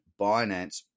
binance